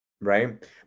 right